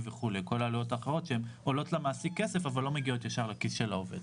ושאר עלויות שעולות למעסיק כסף אבל לא מגיעות לכיסו של העובד.